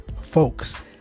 folks